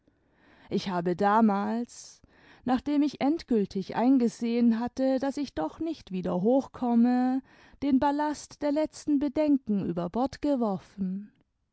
ich habe damals nachdem ich endgültig eingesehen hatte daß ich doch nicht wieder hochkomme den ballast der letzten bedenken über bord geworfen